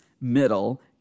middle